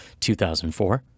2004